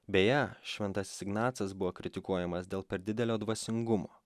beje šventasis ignacas buvo kritikuojamas dėl per didelio dvasingumo